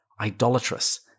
idolatrous